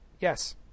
Yes